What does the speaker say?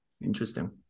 interesting